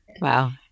Wow